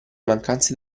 mancanze